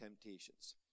temptations